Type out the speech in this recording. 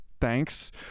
thanks